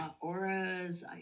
auras